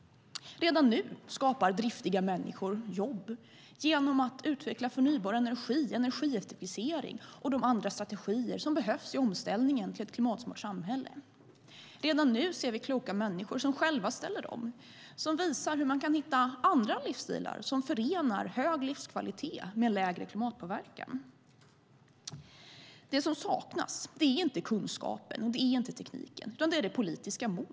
Redan nu skapar driftiga människor jobb genom att utveckla förnybar energi, genom energieffektivisering och genom de andra strategier som behövs i omställningen till ett klimatsmart samhälle. Redan nu ser vi kloka människor som själva ställer om och visar hur man kan hitta andra livsstilar som förenar hög livskvalitet med lägre klimatpåverkan. Det som saknas är inte kunskapen eller tekniken, utan det är det politiska modet.